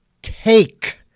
Take